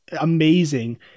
amazing